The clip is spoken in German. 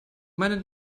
meine